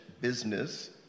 business